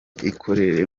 ikorera